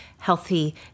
healthy